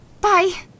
Bye